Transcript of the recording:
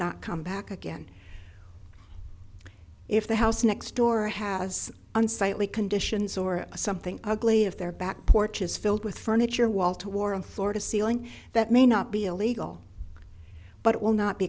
not come back again if the house next door has unsightly conditions or something ugly if their back porch is filled with furniture wall to war in florida ceiling that may not be illegal but it will not be